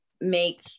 make